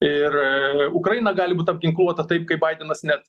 ir ukraina gali būt apginkluota taip kaip baidenas net